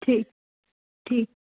ठीक ठीक